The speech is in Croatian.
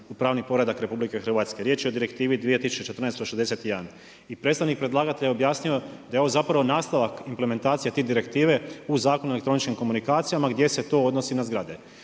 u pravni poredak RH. Riječ je o Direktivi 2014/61 i predstavnik predlagatelja je objasnio da je ovo nastavak implementacije te direktive u Zakon o elektroničkim komunikacijama gdje se to odnosi na zgrade.